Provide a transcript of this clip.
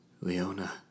Leona